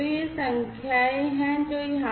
तो ये संख्याएँ हैं जो यहाँ पर दी गई हैं